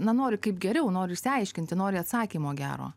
nenori kaip geriau nori išsiaiškinti nori atsakymo gero